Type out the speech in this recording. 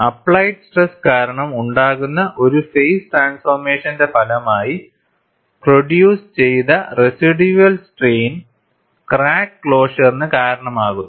applied stress കാരണം ഉണ്ടാകുന്ന ഒരു ഫേസ് ട്രാൻസ്ഫോർമേഷന്റെ ഫലമായി പ്രൊഡ്യൂസ് ചെയ്ത റെസിഡ്യൂവൽ സ്ട്രെയിൻ ക്രാക്ക് ക്ലോഷറിന് കാരണമാകുന്നു